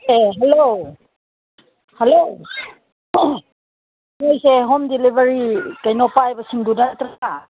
ꯑꯦ hello hello ꯅꯣꯏꯁꯦ home delivery ꯀꯩꯅꯣ ꯄꯥꯏꯕꯁꯤꯡꯗꯨ ꯅꯠꯇ꯭ꯔ